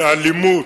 באלימות.